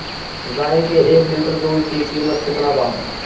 गाए के एक लीटर दूध के कीमत केतना बा?